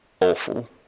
awful